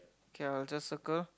okay I will just circle